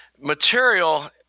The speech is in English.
material